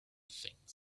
things